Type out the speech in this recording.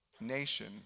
nation